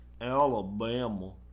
Alabama